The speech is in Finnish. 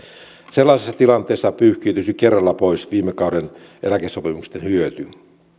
sellaisessa tilanteessa pyyhkiytyisi kerralla pois viime kauden eläkesopimusten hyöty